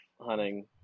hunting